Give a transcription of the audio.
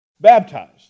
baptized